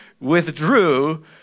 withdrew